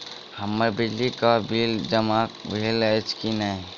हम्मर बिजली कऽ बिल जमा भेल अछि की नहि?